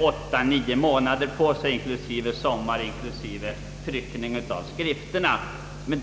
åtta till nio månader på sig inklusive sommaruppehåll och tryckning av betänkandet.